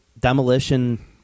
demolition